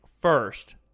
first